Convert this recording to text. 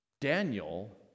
Daniel